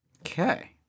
Okay